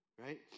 right